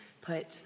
put